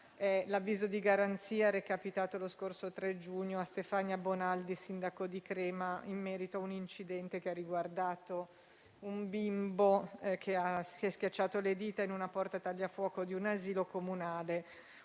l'avviso di garanzia recapitato lo scorso 3 giugno a Stefania Bonaldi, sindaco di Crema, in merito a un incidente che ha riguardato un bimbo che si è schiacciato le dita in una porta tagliafuoco di un asilo comunale;